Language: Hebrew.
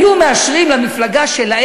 לוועדות שרים,